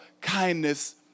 kindness